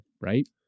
right